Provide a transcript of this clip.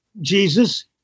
Jesus